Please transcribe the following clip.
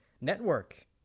network